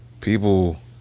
People